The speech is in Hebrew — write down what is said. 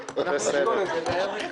להתחכם.